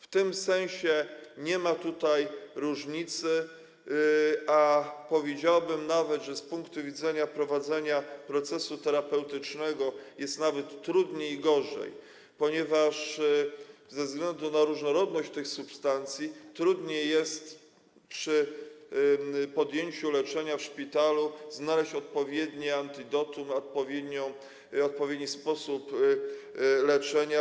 W tym sensie nie ma tutaj różnicy, a powiedziałbym nawet, że z punktu widzenia prowadzenia procesu terapeutycznego jest trudniej, gorzej, ponieważ ze względu na różnorodność tych substancji trudniej jest w trakcie leczenia w szpitalu znaleźć odpowiednie antidotum, odpowiedni sposób leczenia.